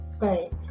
right